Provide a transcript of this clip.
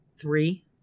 three